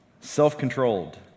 self-controlled